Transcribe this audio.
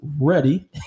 ready